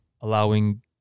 allowing